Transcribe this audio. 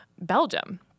Belgium